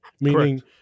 meaning